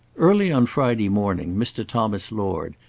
early on friday morning, mr. thomas lord,